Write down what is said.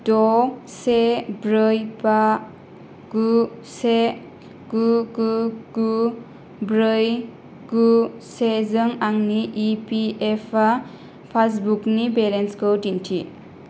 द से ब्रै बा गु से गु गु गु ब्रै गु सेजों आंनि इ पि एफ अ पासबुकनि बेलेन्सखौ दिन्थि